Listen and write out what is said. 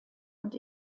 und